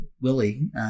Willie